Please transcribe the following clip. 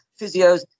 physios